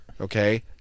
okay